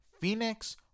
Phoenix